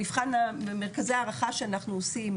במרכזי ההערכה שאנחנו עושים